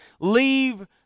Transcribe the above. leave